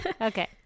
okay